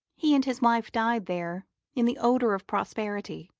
he and his wife died there in the odour of prosperity